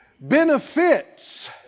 Benefits